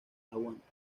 aguanta